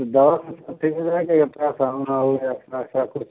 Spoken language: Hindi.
दवा से ठीक है अल्ट्रासाउंड और है अल्ट्रा सा कुछ